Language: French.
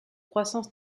croissance